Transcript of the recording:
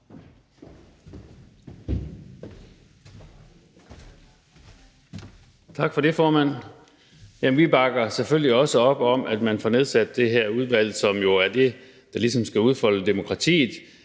Tak for det, formand. Vi bakker selvfølgelig også op om, at man får nedsat det her udvalg, som jo er det, der ligesom skal udfolde demokratiet,